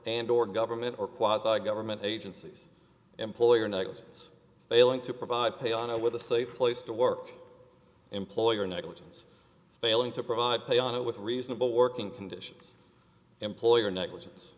and or government or quasi government agencies employer negligence failing to provide pay a no with a safe place to work employer negligence failing to provide pay on it with reasonable working conditions employer negligence